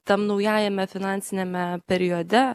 tam naujajame finansiniame periode